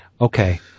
Okay